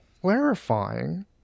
clarifying